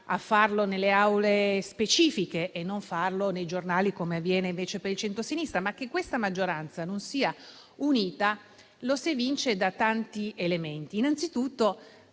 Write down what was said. a farlo nelle Aule specifiche e a non farlo sui giornali, come avviene invece per il centrosinistra; ma che questa maggioranza non sia unita lo si evince da tanti elementi. Innanzitutto